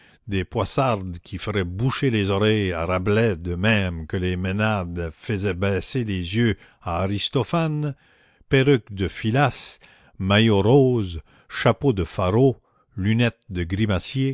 des poissardes qui feraient boucher les oreilles à rabelais de même que les ménades faisaient baisser les yeux à aristophane perruques de filasse maillots roses chapeaux de faraud lunettes de grimacier